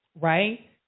Right